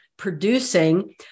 producing